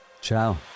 Ciao